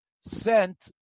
sent